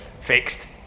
Fixed